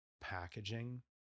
packaging